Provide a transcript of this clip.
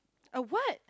a what